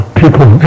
people